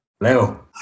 Leo